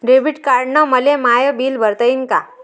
Debit कार्डानं मले my bill भरता येईन का?